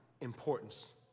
importance